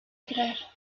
agraire